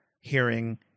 hearing